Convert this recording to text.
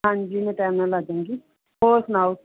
ਹਾਂਜੀ ਮੈਂ ਟਾਈਮ ਨਾਲ ਆ ਜਾਂਗੀ ਹੋਰ ਸੁਣਾਓ